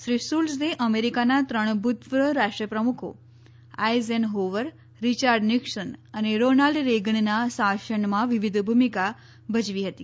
શ્રી શુલ્ટઝે અમેરીકાના ત્રણ ભૂતપૂર્વ રાષ્ટ્ર પ્રમુખો આઈઝેનહોવર રિયાર્ડ નિક્સન અને રોનાલ્ડ રેગનના શાસનમાં વિવિધ ભૂમિકા ભજવી હતી